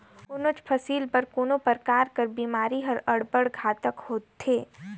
कोनोच फसिल बर कोनो परकार कर बेमारी हर अब्बड़ घातक होथे